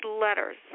letters